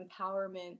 empowerment